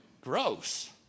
Gross